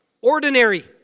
ordinary